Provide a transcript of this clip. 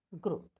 growth